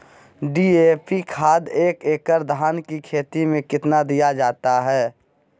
DAP खाद एक एकड़ धान की खेती में कितना दीया जाता है?